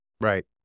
Right